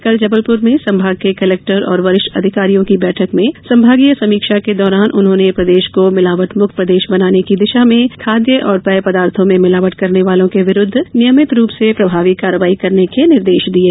कल जबलपुर में संभाग के कलेक्टर और वरिष्ठ अधिकारियों की बैठक में संभागीय समीक्षा के दौरान उन्होंने प्रदेश को मिलावट मुक्त प्रदेश बनाने की दिशा में खाद्य और पेय पदार्थों में मिलावट करने वालों के विरूद्व नियमित रूप से प्रभावी कार्रवाई करने के निर्देश दिये